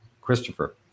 Christopher